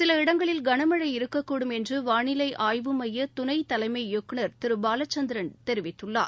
சில இடங்களில் கனமழை இருக்கக்கூடும் என்று வானிலை ஆய்வு மைய துணை தலைமை இயக்குநர் திரு பாலசந்திரன் தெரிவித்துள்ளார்